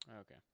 Okay